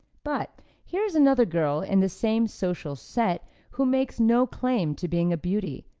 but, here is another girl in the same social set who makes no claim to being a beauty,